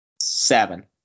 Seven